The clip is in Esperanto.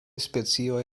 specioj